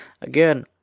Again